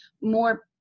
more